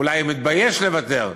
אולי מתבייש לוותר,